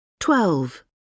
Twelve